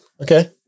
Okay